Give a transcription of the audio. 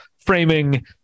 framing